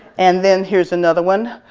and then here's another one.